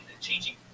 changing